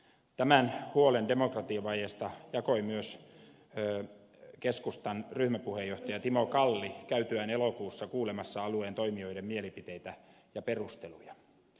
tämän huolen demokratiavajeesta jakoi myös keskustan ryhmäpuheenjohtaja timo kalli käytyään elokuussa kuulemassa alueen toimijoiden mielipiteitä ja perusteluja